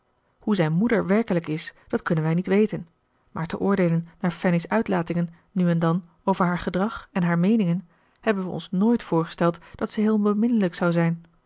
hoe zijn moeder werkelijk is dat kunnen wij niet weten maar te oordeelen naar fanny's uitlatingen nu en dan over haar gedrag en haar meeningen hebben wij ons nooit voorgesteld dat zij heel beminnelijk zou zijn